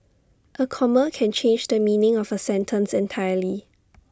A comma can change the meaning of A sentence entirely